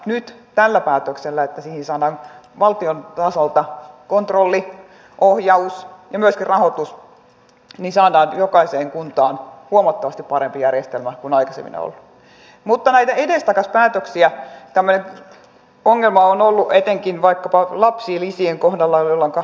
nyt päällä päätöksellä tiisanoja valtion tasolta ei syyttä ja suotta valiokunnan mietintö erityisesti korosta sitä että leikkaus on niin mittava että on alueenkin vaikkapa kun lapsilisien kohdalla jolloinka